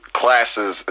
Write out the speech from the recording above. classes